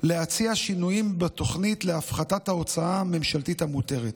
להציע שינויים בתוכנית להפחתת ההוצאה הממשלתית המותרת.